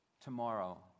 Tomorrow